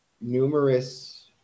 numerous